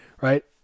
Right